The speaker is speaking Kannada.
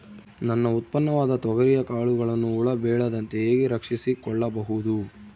ನನ್ನ ಉತ್ಪನ್ನವಾದ ತೊಗರಿಯ ಕಾಳುಗಳನ್ನು ಹುಳ ಬೇಳದಂತೆ ಹೇಗೆ ರಕ್ಷಿಸಿಕೊಳ್ಳಬಹುದು?